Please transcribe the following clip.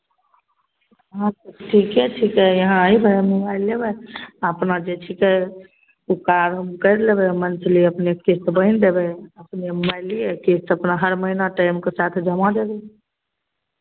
हँ ठीके छिकै यहाँ अयबै मोबाइल लेबै अपना जे छिकै ओ कार्य हम करि लेबै मन्थली अपनेके हम किश्त बान्हि देबै अपने मोबाइल लिअ किश्त अपना हर महीना टाइमके साथ जमा देबै